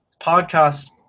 podcast